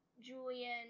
Julian